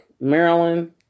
Maryland